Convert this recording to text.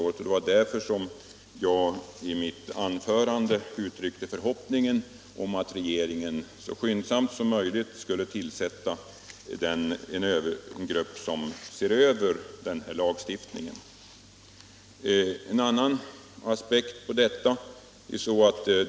Det var därför som jag i mitt anförande uttryckte förhoppningen om att regeringen så skyndsamt som möjligt skulle börja se över denna lagstiftning. Så en annan aspekt!